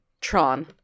Tron